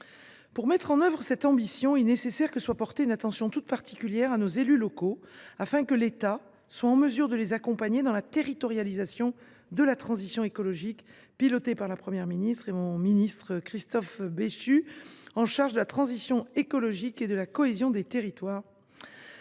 Pour concrétiser cette ambition, il est nécessaire que soit portée une attention toute particulière aux élus locaux, afin que l’État soit en mesure de les accompagner dans la territorialisation de la transition écologique, pilotée par la Première ministre et mon ministre de tutelle, Christophe Béchu, ministre de la transition écologique et de la cohésion des territoires.